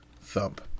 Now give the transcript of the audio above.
thump